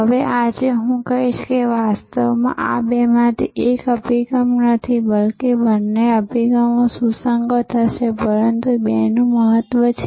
હવે આજે હું કહીશ કે વાસ્તવમાં આ બેમાંથી એક અભિગમ નથી બલ્કે બંને અભિગમો સુસંગત હશે પરંતુ બેનું મહત્વ છે